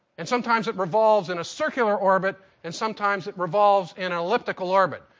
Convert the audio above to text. and sometimes it revolves in a circular orbit, and sometimes it revolves in an elliptical orbit,